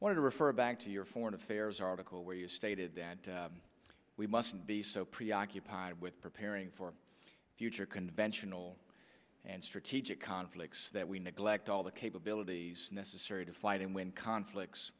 wanted to refer back to your foreign affairs article where you stated that we mustn't be so preoccupied with preparing for future conventional and strategic conflicts that we neglect all the capabilities necessary to fight and win conflicts